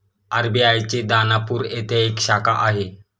RBI ची दानापूर येथे एक शाखा आहे